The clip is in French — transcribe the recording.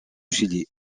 chili